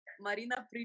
Marina